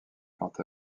quant